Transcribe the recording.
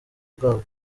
bwabwo